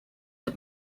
tut